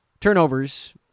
Turnovers